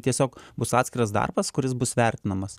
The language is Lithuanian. tiesiog bus atskiras darbas kuris bus vertinamas